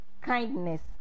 kindness